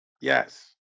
Yes